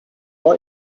are